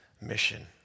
mission